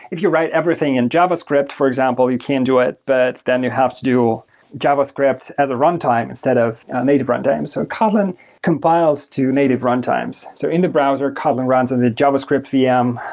if you write everything in javascript, for example, you can do it, but then you have to do javascript as a runtime instead of native runtime. so kotlin compiles to native runtimes. so in the browser, kotlin runs in the javascript vm.